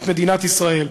את מדינת ישראל,